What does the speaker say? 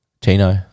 Tino